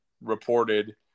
reported